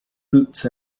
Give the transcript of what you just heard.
boots